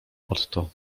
otto